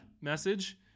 message